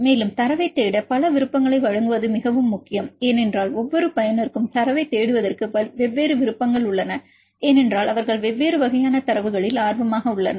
மேலும் தரவைத் தேட பல விருப்பங்களை வழங்குவது மிகவும் முக்கியம் ஏனென்றால் ஒவ்வொரு பயனருக்கும் தரவைத் தேடுவதற்கு வெவ்வேறு விருப்பங்கள் உள்ளன ஏனென்றால் அவர்கள் வெவ்வேறு வகையான தரவுகளில் ஆர்வமாக உள்ளனர்